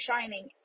shining